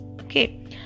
okay